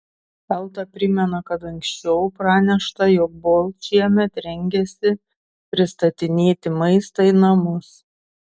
elta primena kad anksčiau pranešta jog bolt šiemet rengiasi pristatinėti maistą į namus